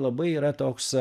labai yra toks